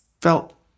felt